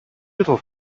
little